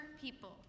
people